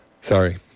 Sorry